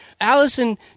Allison